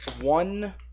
One